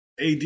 AD